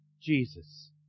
Jesus